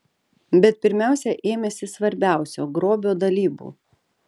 bet pirmiausia ėmėsi svarbiausio grobio dalybų